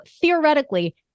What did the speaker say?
theoretically